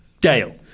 Dale